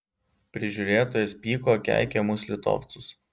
prižiūrėtojas pyko keikė mus litovcus